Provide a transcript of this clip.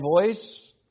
voice